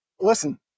listen